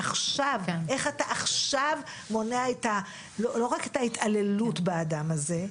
איך אתה עכשיו מונע לא רק את ההתעללות באדם הזה,